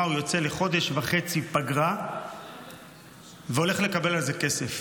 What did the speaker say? הוא יוצא לחודש וחצי פגרה והולך לקבל על זה כסף.